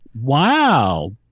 Wow